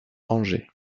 angers